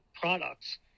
products